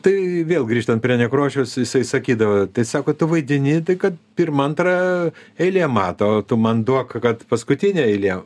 tai vėl grįžtant prie nekrošiaus jisai sakydavo tai sako tu vaidini tai kad pirma antra eilė mato o tu man duok kad paskutinė eilė